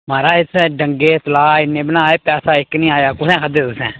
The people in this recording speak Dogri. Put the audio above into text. महाराज तुसें डंगे तलाऽ इन्ने बनाए पैसा इक नि आया कुसै खाद्धे तुसें